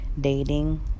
dating